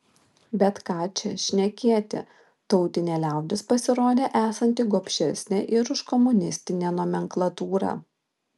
bet ką čia šnekėti tautinė liaudis pasirodė esanti gobšesnė ir už komunistinę nomenklatūrą